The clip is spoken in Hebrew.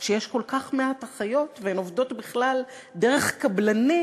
כשיש כל כך מעט אחיות והן עובדות בכלל דרך קבלנים,